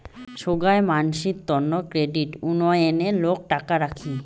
সোগাই মানসির তন্ন ক্রেডিট উনিয়ণে লোক টাকা রাখি